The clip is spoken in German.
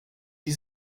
die